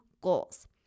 goals